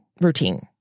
routine